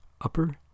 Upper